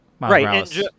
Right